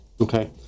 Okay